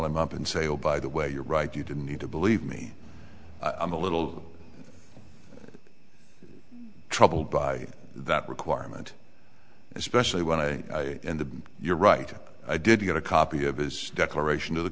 them up and say oh by the way you're right you didn't need to believe me i'm a little troubled by that requirement especially when i and the you're right i did get a copy of his declaration to the